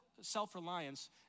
self-reliance